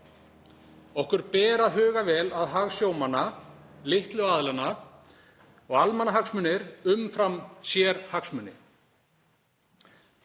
Okkur ber að huga vel að hag sjómanna, litlu aðilanna. Almannahagsmunir umfram sérhagsmuni.